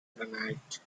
granite